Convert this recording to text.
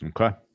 Okay